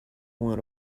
want